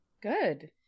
Good